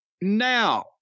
Now